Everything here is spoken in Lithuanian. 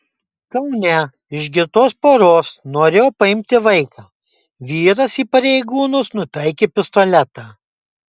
kaune iš girtos poros norėjo paimti vaiką vyras į pareigūnus nutaikė pistoletą